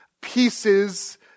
pieces